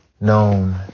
known